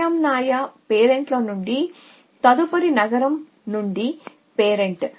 ప్రత్యామ్నాయ పేరెంట్ల నుండి తదుపరి నగరం నుండి పేరెంట్